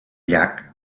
llac